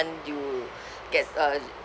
you get a